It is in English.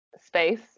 space